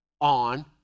on